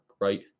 right